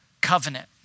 covenant